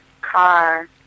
car